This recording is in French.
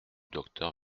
docteur